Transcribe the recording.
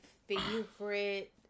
favorite